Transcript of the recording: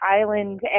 island